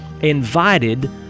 invited